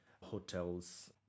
hotels